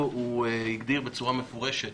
ואני סומכת עליו שהוא יאפשר מזור בכל הרפורמה הזו.